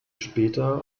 später